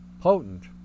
potent